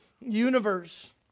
universe